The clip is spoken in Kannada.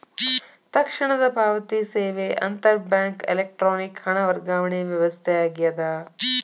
ತಕ್ಷಣದ ಪಾವತಿ ಸೇವೆ ಅಂತರ್ ಬ್ಯಾಂಕ್ ಎಲೆಕ್ಟ್ರಾನಿಕ್ ಹಣ ವರ್ಗಾವಣೆ ವ್ಯವಸ್ಥೆ ಆಗ್ಯದ